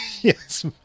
Yes